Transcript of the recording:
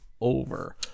over